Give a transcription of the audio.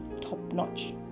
top-notch